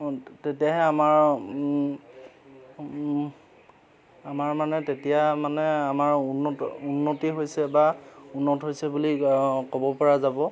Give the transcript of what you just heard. তেতিয়াহে আমাৰ আমাৰ মানে তেতিয়া মানে আমাৰ উন্নত উন্নতি হৈছে বা উন্নত হৈছে বুলি ক'ব পৰা যাব